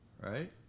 right